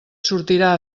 sortirà